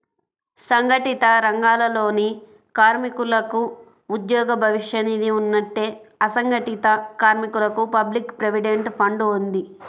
సంఘటిత రంగాలలోని కార్మికులకు ఉద్యోగ భవిష్య నిధి ఉన్నట్టే, అసంఘటిత కార్మికులకు పబ్లిక్ ప్రావిడెంట్ ఫండ్ ఉంది